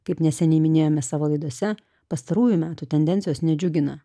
kaip neseniai minėjome savo laidose pastarųjų metų tendencijos nedžiugina